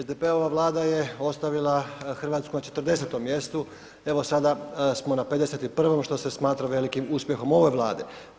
SDP-ova Vlada je ostavila Hrvatsku na 40.-tom mjestu, evo sada smo na 51 što se smatra velikim uspjehom ove Vlade.